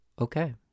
Okay